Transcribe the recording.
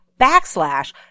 backslash